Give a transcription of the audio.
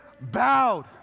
bowed